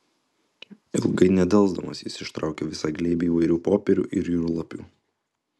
ilgai nedelsdamas jis ištraukė visą glėbį įvairių popierių ir jūrlapių